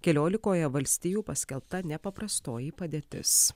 keliolikoje valstijų paskelbta nepaprastoji padėtis